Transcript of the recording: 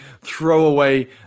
throwaway